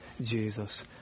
Jesus